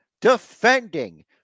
defending